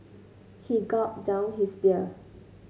he gulped down his beer